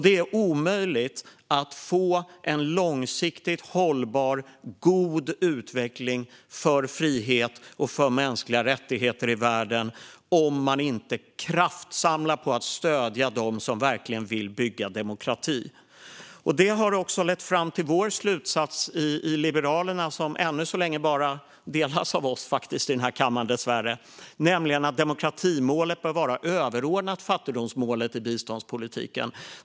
Det är omöjligt att få en långsiktigt hållbar god utveckling för frihet och för mänskliga rättigheter i världen om man inte kraftsamlar på att stödja dem som verkligen vill bygga demokrati. Det har också lett fram till vår slutsats i Liberalerna - som än så länge faktiskt bara delas av oss i denna kammare, dessvärre - att demokratimålet bör vara överordnat fattigdomsmålet i biståndspolitiken.